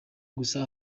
gusa